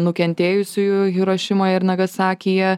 nukentėjusiųjų hirošimoje ir nagasakyje